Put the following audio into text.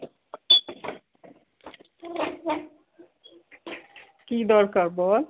কী দরকার বল